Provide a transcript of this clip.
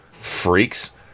Freaks